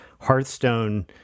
Hearthstone